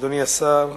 אדוני השר,